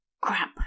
Crap